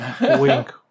Wink